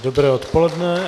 Dobré odpoledne.